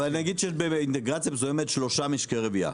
אבל נגיד שיש באינטגרציה מסוימת שלושה משקי רביה,